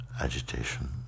agitation